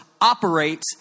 operates